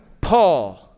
Paul